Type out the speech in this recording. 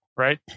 Right